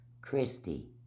Christy